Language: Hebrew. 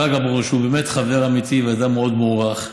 שרגא ברוש הוא באמת חבר אמיתי ואדם מאוד מוערך,